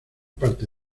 parte